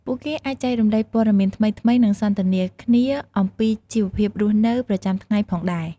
ពួកគេអាចចែករំលែកព័ត៌មានថ្មីៗនិងសន្ទនាគ្នាអំពីជីវភាពរស់នៅប្រចាំថ្ងៃផងដែរ។